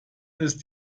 ist